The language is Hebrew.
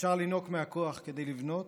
אפשר לינוק מהכוח כדי לבנות,